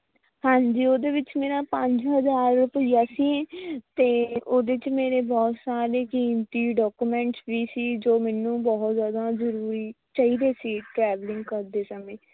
ਹਾਂਜੀ ਉਹਦੇ ਵਿੱਚ ਮੇਰਾ ਪੰਜ ਹਜ਼ਾਰ ਰੁਪਈਆ ਸੀ ਅਤੇ ਉਹਦੇ 'ਚ ਮੇਰੇ ਬਹੁਤ ਸਾਰੇ ਕੀਮਤੀ ਡੌਕੂਮੈਂਟਸ ਵੀ ਸੀ ਜੋ ਮੈਨੂੰ ਬਹੁਤ ਜ਼ਿਆਦਾ ਜ਼ਰੂਰੀ ਚਾਹੀਦੇ ਸੀ ਟ੍ਰੈਵਲਿੰਗ ਕਰਦੇ ਸਮੇਂ